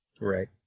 Right